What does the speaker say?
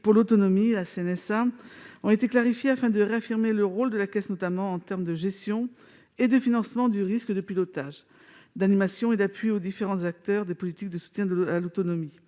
pour l'autonomie, la CNSA, ont été clarifiées, afin de réaffirmer son rôle, notamment en termes de gestion et de financement du risque, de pilotage, d'animation et d'appui aux différents acteurs des politiques de soutien à l'autonomie.